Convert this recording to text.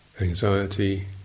anxiety